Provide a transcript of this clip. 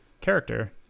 character